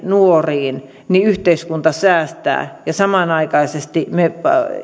nuoriin yhteiskunta säästää ja samanaikaisesti me